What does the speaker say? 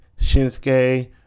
Shinsuke